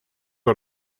got